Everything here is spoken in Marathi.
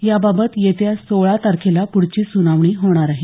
याबाबत येत्या सोळा तारखेला पुढची सुनावणी होणार आहे